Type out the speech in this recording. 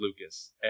lucas